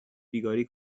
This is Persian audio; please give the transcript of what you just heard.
بیگاری